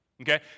Okay